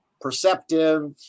perceptive